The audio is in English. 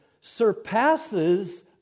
surpasses